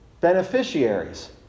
beneficiaries